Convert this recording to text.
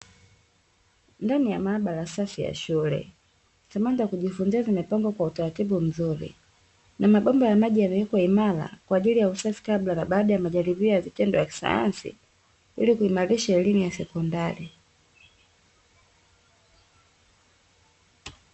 Ndani ya maabara safi ya shule. Samani za kujifunzia zimepangwa kwa utaratibu mzuri na mabomba ya maji yamewekwa imara kwa ajiri ya usafi, kabla na baada ya majaribio ya vitendo vya kisayansi ili kuimalisha elimu ya sekondari.